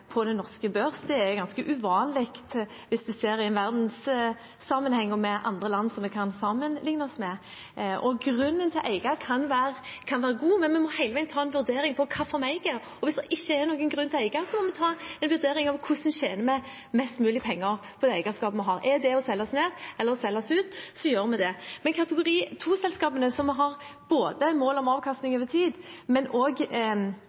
på den norske børs. Det er ganske uvanlig hvis en ser det i en verdenssammenheng og med andre land som vi kan sammenligne oss med. Grunnen til å eie kan være god, men vi må hele veien ta en vurdering på hvorfor vi eier. Hvis det ikke er noen grunn til å eie, må vi ta en vurdering av hvordan vi tjener mest mulig penger på det eierskapet vi har. Er det å selge oss ned eller selge oss ut, så gjør vi det. Men kategori 2-selskapene, hvor vi har ikke bare mål om avkastning over tid, men